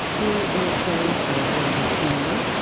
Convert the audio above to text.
who is a ah really good painter,